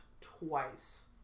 twice